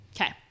Okay